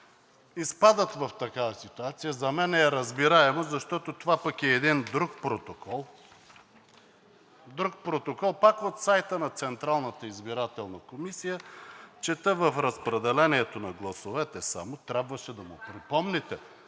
изпадат в такава ситуация. За мен е разбираемо, защото това пък е един друг протокол – пак от сайта на Централната избирателна комисия (Показва документ.) Чета в разпределението на гласовете само. Трябваше да му припомните…